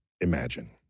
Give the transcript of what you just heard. imagine